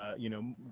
you know,